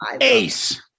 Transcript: Ace